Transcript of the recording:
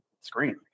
screen